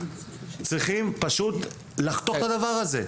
צריכים פשוט לחתוך את הדבר הזה.